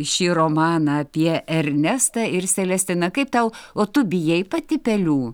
šį romaną apie ernestą ir selestiną kaip tau o tu bijai pati pelių